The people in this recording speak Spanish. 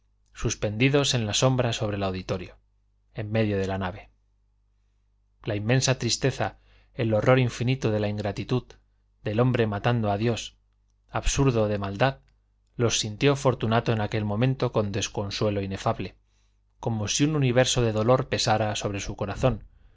suspendidos en la sombra sobre el auditorio en medio de la nave la inmensa tristeza el horror infinito de la ingratitud del hombre matando a dios absurdo de maldad los sintió fortunato en aquel momento con desconsuelo inefable como si un universo de dolor pesara sobre su corazón